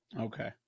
Okay